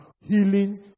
healing